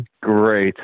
great